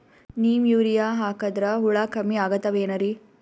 Neem urea ಹಾಕದ್ರ ಹುಳ ಕಮ್ಮಿ ಆಗತಾವೇನರಿ?